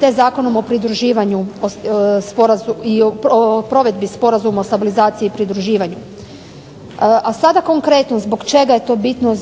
te Zakonom o pridruživanju sporazuma, o provedbi Sporazuma o stabilizaciji i pridruživanju. A sada konkretno zbog čega je to bitno